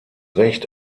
recht